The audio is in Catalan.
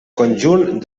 conjunt